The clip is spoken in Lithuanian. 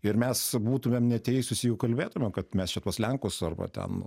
ir mes būtumėm neteisūs jeigu kalbėtumėm kad mes čia tuos lenkus arba ten